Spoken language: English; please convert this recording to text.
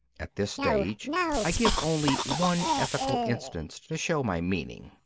at this stage i give only one ethical instance to show my meaning.